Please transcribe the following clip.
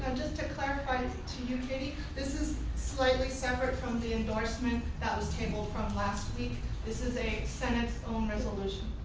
just to clarify to you katie, this is slightly separate from the endorsement that was tabled from last week this is a senate's own resolution.